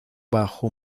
bajo